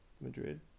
Madrid